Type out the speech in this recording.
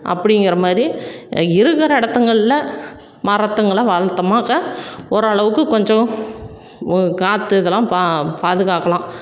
அப்படிங்குறமாரி இருக்கிற இடத்துங்கள்ல மரத்துங்களை வளர்த்தோமாக்க ஓரளவுக்கு கொஞ்சம் காற்று இதெல்லாம் பா பாதுகாக்கலாம்